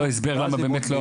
לא הסבר אפילו.